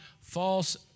false